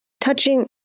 touching